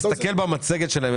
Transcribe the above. תסתכל במצגת שלהם.